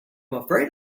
afraid